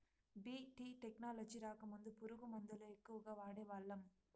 BT technology రాకముందు పురుగు మందుల ఎక్కువగా వాడేవాళ్ళం